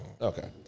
okay